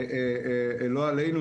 לא עלינו,